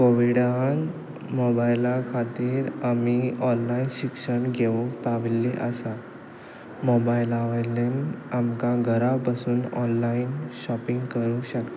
कोवीडान मोबायला खातीर आमी ऑनलायन शिक्षण घेवूंक पविल्लीं आसा मोबायला वयल्यान आमकां घरा बसून ऑनलायन शॉपिंग करूंक शकता